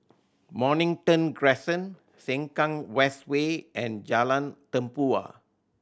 Mornington Crescent Sengkang West Way and Jalan Tempua